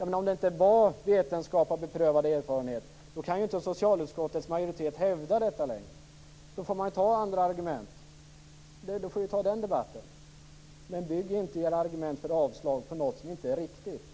Även om det inte var vetenskap och beprövad erfarenhet kan väl inte socialutskottets majoritet hävda samma sak längre. Då får man välja andra argument och ta den debatten. Bygg dock inte era argument för ett avslag på något som inte är riktigt!